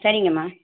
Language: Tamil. சரிங்கம்மா